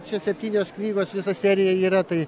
čia septynios knygos visa serija yra tai